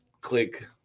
click